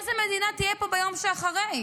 איזו מדינה תהיה פה ביום שאחרי?